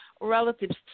relatives